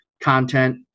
content